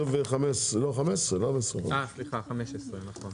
15. סליחה, 15 נכון.